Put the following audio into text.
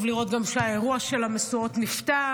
גם טוב לראות שהאירוע של המשואות נפתר.